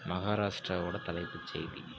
மகாராஷ்டிராவோட தலைப்பு செய்தி